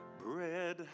bread